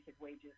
wages